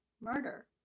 murder